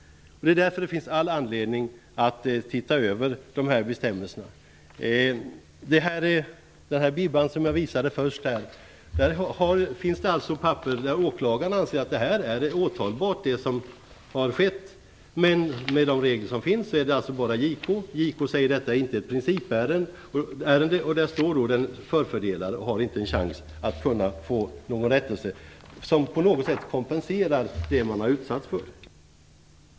Därför finns det all anledning att se över de här bestämmelserna. I den här högen som jag visade först finns det alltså papper där åklagaren anser att det som har skett är åtalbart. Men med de regler som finns är det bara JK som kan åtala. JK säger att detta inte är ett principärende. Där står då den förfördelade och har inte en chans att få en rättelse som på något sätt kompenserar det man har utsatts för.